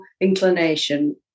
inclination